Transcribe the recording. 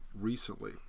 recently